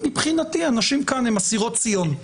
מבחינתי הנשים כאן הן אסירות ציון,